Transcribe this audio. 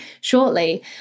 shortly